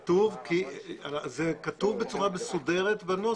זה כתוב בצורה מסודרת בנוסח.